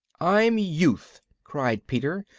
i'm youth! cried peter,